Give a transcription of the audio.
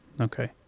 Okay